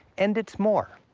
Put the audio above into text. and it's more.